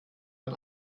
man